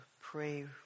pray